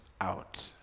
out